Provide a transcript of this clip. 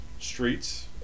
streets